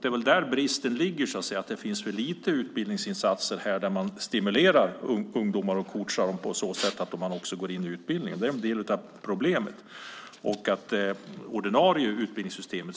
Det är väl där bristen ligger, det vill säga att det finns för lite utbildningsinsatser där man stimulerar ungdomar och coachar dem på så sätt att de också går in i utbildningen. Det är en del av problemet. Det fungerar inte så att de sugs upp av det ordinarie utbildningssystemet.